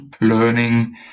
learning